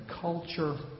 culture